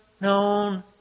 known